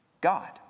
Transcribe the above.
God